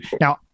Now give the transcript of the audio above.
now